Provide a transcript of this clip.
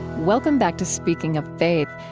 welcome back to speaking of faith,